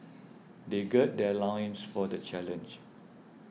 they gird their loins for the challenge